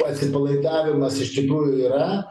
atsipalaidavimas iš tikrųjų yra